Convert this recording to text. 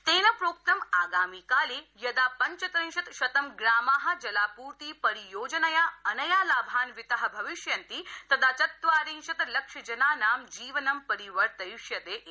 तेन प्रोक्तं आगामि काले यदा पञ्चत्रिंशत् शतं ग्रामा जलापूर्ति परियोजनया अनया लाभान्विता भविष्यन्ति तदा चत्वारिंशत् लक्ष जनानां जीवनं परिवर्तथिष्यते इति